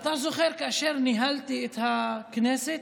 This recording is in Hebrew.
אתה זוכר, כאשר ניהלתי את הכנסת,